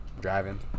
driving